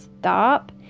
stop